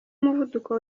umuvuduko